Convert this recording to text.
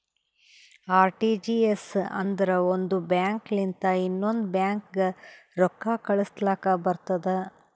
RTGS ಅಂದುರ್ ಒಂದ್ bank ಲಿಂತ ಇನ್ನೊಂದ್ ಬ್ಯಾಂಕ್ಗ ರೊಕ್ಕಾ ಕಳುಸ್ಲಾಕ್ ಬರ್ತುದ್